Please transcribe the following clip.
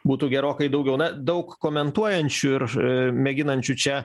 būtų gerokai daugiau na daug komentuojančių ir mėginančių čia